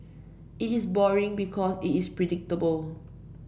it is boring because it is predictable